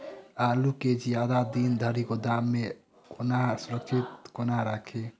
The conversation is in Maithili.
आलु केँ जियादा दिन धरि गोदाम मे कोना सुरक्षित कोना राखि?